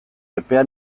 epea